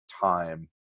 time